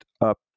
up